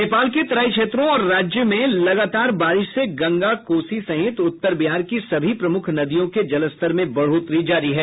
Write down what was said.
नेपाल के तराई क्षेत्रों और राज्य में लगातार हो रही बारिश से गंगा कोसी सहित उत्तर बिहार की सभी प्रमुख नदियों के जलस्तर में बढ़ोतरी जारी है